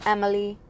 Emily